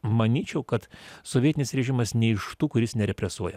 manyčiau kad sovietinis režimas ne iš tų kuris nerepresuoja